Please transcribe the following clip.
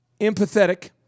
empathetic